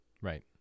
Right